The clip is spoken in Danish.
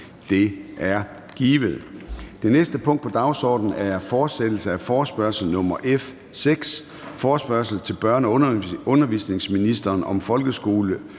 Det er givet. --- Det næste punkt på dagsordenen er: 4) Fortsættelse af forespørgsel nr. F 6 [afstemning]: Forespørgsel til børne- og undervisningsministeren om folkeskoleelevers